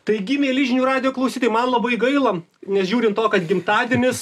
taigi mieli žinių radijo klausytojai man labai gaila nežiūrint to kad gimtadienis